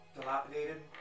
dilapidated